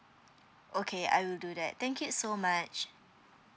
okay I'll do that thank you so much